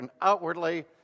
outwardly